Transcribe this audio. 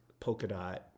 Polkadot